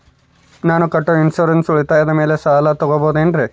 ನಾನು ಕಟ್ಟೊ ಇನ್ಸೂರೆನ್ಸ್ ಉಳಿತಾಯದ ಮೇಲೆ ಸಾಲ ತಗೋಬಹುದೇನ್ರಿ?